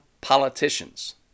politicians